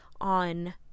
on